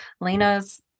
lena's